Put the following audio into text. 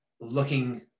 looking